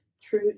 true